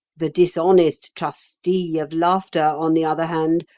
the dishonest trustee of laughter, on the other hand,